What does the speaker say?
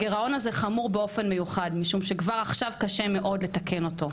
הגירעון הזה חמור באופן מיוחד משום שכבר עכשיו קשה מאוד לתקן אותו.